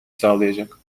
sağlayacak